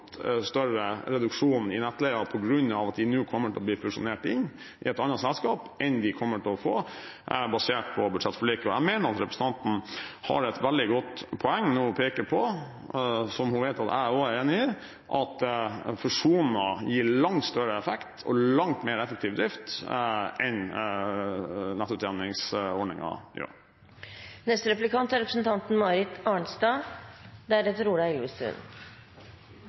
større reduksjon i nettleia på grunn av at de nå kommer til å bli fusjonert inn i et annet selskap enn de kommer til å få basert på budsjettforliket. Jeg mener at representanten har et veldig godt poeng når hun peker på, som hun vet at jeg også er enig i, at en fusjon gir langt større effekt og langt mer effektiv drift enn